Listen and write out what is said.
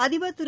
அதிபர் திரு